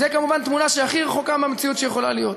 וזו כמובן תמונה שהכי רחוקה מהמציאות שיכולה להיות.